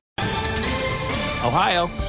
Ohio